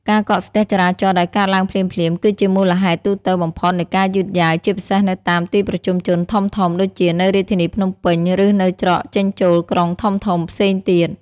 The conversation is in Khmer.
ការកកស្ទះចរាចរណ៍ដែលកើតឡើងភ្លាមៗ គឺជាមូលហេតុទូទៅបំផុតនៃការយឺតយ៉ាវ ជាពិសេសនៅតាម ទីប្រជុំជនធំៗ ដូចជានៅរាជធានីភ្នំពេញ ឬនៅច្រកចេញចូលក្រុងធំៗផ្សេងទៀត។